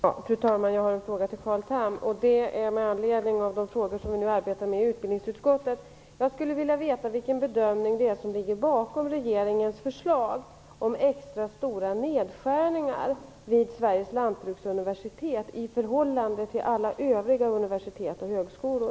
Fru talman! Jag har en fråga till Carl Tham med anledning av de frågor som vi arbetar med i utbildningsutskottet. Jag skulle vilja veta vilken bedömning det är som ligger bakom regeringens förslag om extra stora nedskärningar vid Sveriges lantbruksuniversitet i förhållande till alla övriga universitet och högskolor.